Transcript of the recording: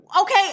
Okay